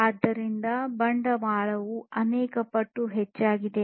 ಆದ್ದರಿಂದ ಬಂಡವಾಳವು ಅನೇಕ ಪಟ್ಟು ಹೆಚ್ಚಾಗಿದೆ